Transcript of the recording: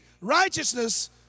righteousness